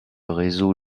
réseau